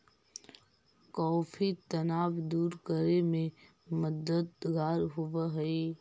coffee तनाव दूर करे में मददगार होवऽ हई